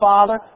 Father